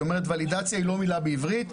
היא אומרת: ולידציה היא לא מילה בעברית.